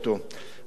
אדוני היושב-ראש,